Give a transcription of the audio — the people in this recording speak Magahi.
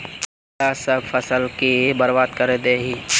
कीड़ा सब फ़सल के बर्बाद कर दे है?